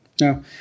No